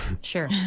Sure